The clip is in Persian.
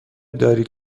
دارید